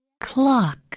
Clock